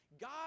God